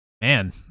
man